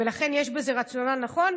ולכן יש בזה רציונל נכון.